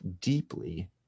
deeply